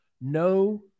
No